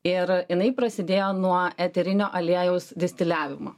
ir jinai prasidėjo nuo eterinio aliejaus distiliavimo